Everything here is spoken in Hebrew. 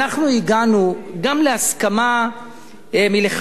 אנחנו הגענו גם להסכמה מלכתחילה